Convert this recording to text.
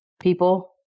people